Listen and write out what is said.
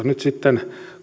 nyt sitten